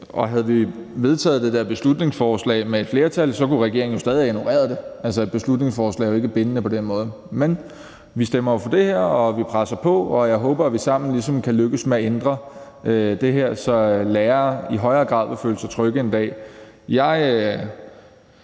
Havde vi vedtaget det der beslutningsforslag med et flertal, så kunne regeringen jo stadig have ignoreret det, for et beslutningsforslag er jo ikke bindende på den måde. Men vi stemmer jo for det her, og vi presser på, og jeg håber, at vi sammen ligesom kan lykkes med at ændre det her, så lærere i højere grad en dag vil føle sig trygge. Jeg